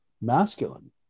masculine